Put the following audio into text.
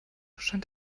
scheint